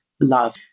love